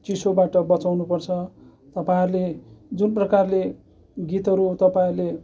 चिसोबाट बचाउनु पर्छ तपाईँहरूले जुन प्रकारले गितहरू तपाईँहरूले